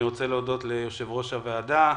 אני רוצה להודות ליושב-ראש הוועדה,